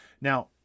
now